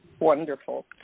wonderful